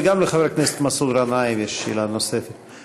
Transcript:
וגם לחבר הכנסת מסעוד גנאים יש שאלה נוספת.